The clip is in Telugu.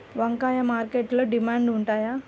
వంకాయలు మార్కెట్లో డిమాండ్ ఉంటాయా?